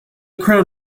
crown